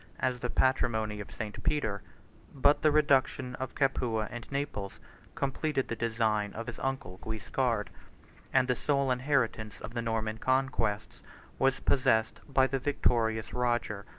as the patrimony of st. peter but the reduction of capua and naples completed the design of his uncle guiscard and the sole inheritance of the norman conquests was possessed by the victorious roger.